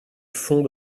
fond